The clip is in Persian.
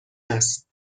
است